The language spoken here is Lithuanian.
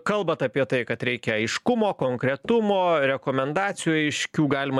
kalbat apie tai kad reikia aiškumo konkretumo rekomendacijų aiškių galima